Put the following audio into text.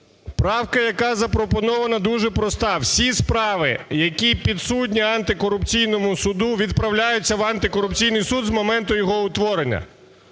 Правка, яка запропонована, дуже проста: всі справи, які підсудні антикорупційному суду, відправляються в антикорупційний суд з моменту його утворення.